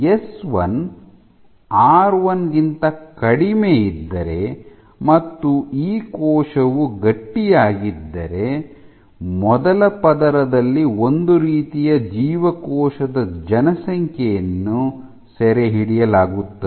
S 1 R 1 ಗಿಂತ ಕಡಿಮೆಯಿದ್ದರೆ ಮತ್ತು ಈ ಕೋಶವು ಗಟ್ಟಿಯಾಗಿದ್ದರೆ ಮೊದಲ ಪದರದಲ್ಲಿ ಒಂದು ರೀತಿಯ ಜೀವಕೋಶದ ಜನಸಂಖ್ಯೆಯನ್ನು ಸೆರೆಹಿಡಿಯಲಾಗುತ್ತದೆ